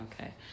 Okay